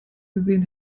gesehen